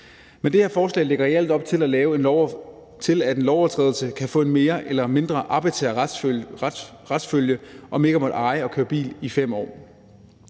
Men det her forslag lægger alt i alt op til, at en lovovertrædelse kan få en mere eller mindre arbitrær retsfølge om ikke at måtte eje og køre bil i 5 år.